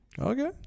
Okay